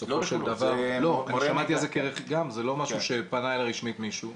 זה לא משהו שפנה אליי רשמית מישהו.